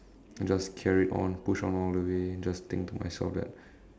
just carried on push on all the way and just think to myself that